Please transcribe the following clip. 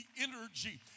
energy